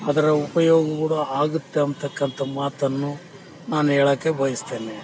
ಅದರ ಉಪಯೋಗಗಳು ಆಗುತ್ತೆ ಅನ್ನತಕ್ಕಂಥ ಮಾತನ್ನು ನಾನು ಹೇಳಕ್ಕೆ ಬಯಸ್ತೇನೆ